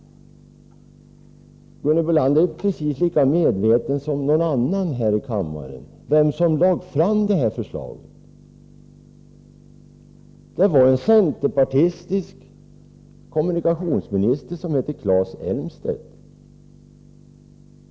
Gunhild Bolander är precis lika medveten som någon annan här i kammaren om vem som lade fram förslaget om enhetstaxa. Det var en centerpartistisk kommunikationsminister som hette Claes Elmstedt.